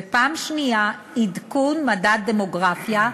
וגם עדכון מדד דמוגרפיה.